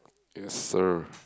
yes sir